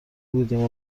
بودیم